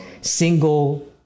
single